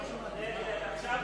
גרסה ב' של סעיף 4 (סעיף